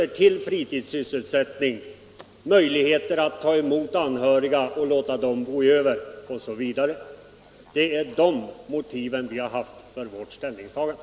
till fritidssysselsättning, till att ta emot anhöriga och låta dem = vården bo över osv. Det är de motiven vi har haft för vårt ställningstagande.